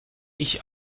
ich